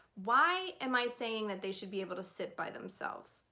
why am i saying that they should be able to sit by themselves?